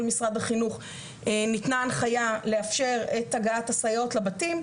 משרד החינוך ניתנה הנחיה לאפשר את הגעת הסייעות לבתים,